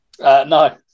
no